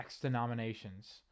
denominations